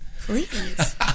Please